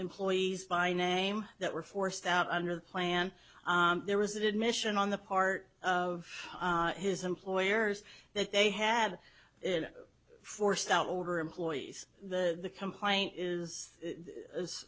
employees by name that were forced out under the plan there was an admission on the part of his employers that they had forced out older employees the complaint is